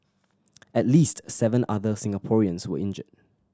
at least seven other Singaporeans were injured